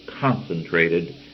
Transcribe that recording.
concentrated